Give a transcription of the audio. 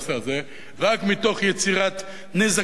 רק מתוך יצירת נזקים למדינת ישראל,